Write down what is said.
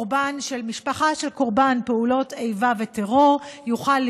משפחה של קורבן פעולות איבה וטרור יוכלו